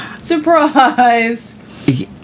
Surprise